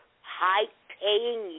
high-paying